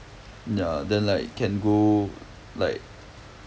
ya then like can go like